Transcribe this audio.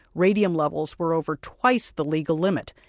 radium levels were over twice the legal limit.